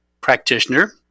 practitioner